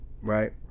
Right